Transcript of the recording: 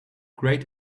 great